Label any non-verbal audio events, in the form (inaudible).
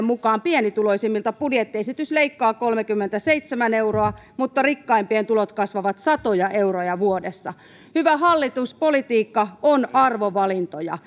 (unintelligible) mukaan budjettiesitys leikkaa pienituloisimmilta kolmekymmentäseitsemän euroa mutta rikkaimpien tulot kasvavat satoja euroja vuodessa hyvä hallitus politiikka on arvovalintoja (unintelligible)